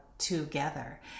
Together